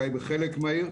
אולי בחלק מהעיר,